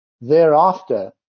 Thereafter